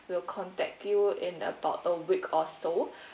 we'll contact you in about a week or so